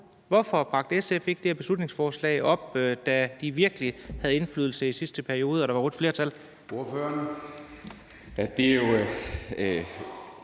Hvorfor bragte SF ikke det her beslutningsforslag op, da de virkelig havde indflydelse i sidste periode og der var rødt flertal?